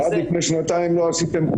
ניתן את